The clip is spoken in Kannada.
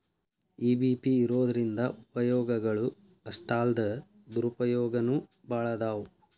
ಇ.ಬಿ.ಪಿ ಇರೊದ್ರಿಂದಾ ಉಪಯೊಗಗಳು ಅಷ್ಟಾಲ್ದ ದುರುಪಯೊಗನೂ ಭಾಳದಾವ್